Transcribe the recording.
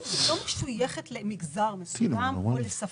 לא משויכת למגזר מסוים או לשפה.